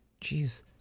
jeez